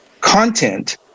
content